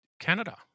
Canada